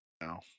No